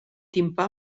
timpà